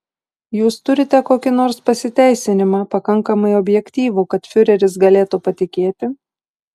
jūs turite kokį nors pasiteisinimą pakankamai objektyvų kad fiureris galėtų patikėti